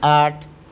आठ